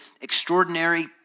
extraordinary